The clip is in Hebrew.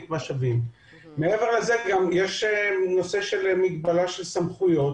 מעבר לזה יש נושא של מגבלה של סמכויות.